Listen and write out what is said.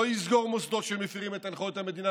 לא יסגור מוסדות שמפירים את הנחיות המדינה,